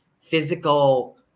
physical